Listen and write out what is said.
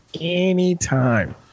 anytime